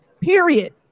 period